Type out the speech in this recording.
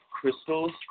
crystals